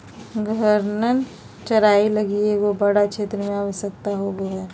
घूर्णन चराई लगी एगो बड़ा क्षेत्र के आवश्यकता होवो हइ